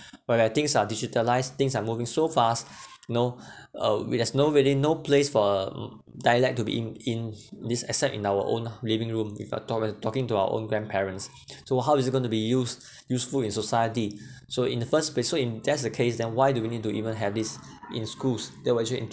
where where things are digitalize things are moving so fast know uh we as no really no place for a dialect to be in in this except in our own living room we got talk with talking to our own grandparents so how is it to be used useful in society so in the first place so in that's the case then why do you need to even have this in schools that will actually